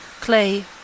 Clay